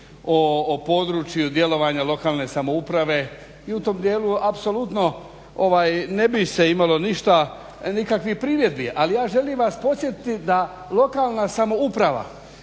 o području djelovanja lokalne samouprave, i u tom dijelu apsolutno ne bi se imalo ništa, nikakvih primjedbi, ali ja želim vas podsjetiti da lokalna samouprava